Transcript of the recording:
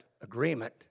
agreement